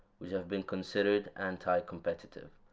which have been considered anti-competitive.